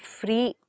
free